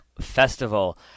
Festival